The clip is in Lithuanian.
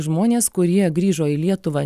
žmonės kurie grįžo į lietuvą